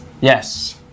Yes